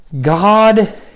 God